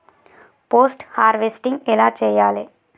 Post harvesting ఎలా చెయ్యాలే?